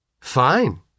Fine